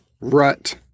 rut